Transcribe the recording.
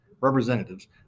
representatives